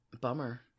Bummer